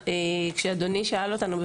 כשאדוני שאל אותנו,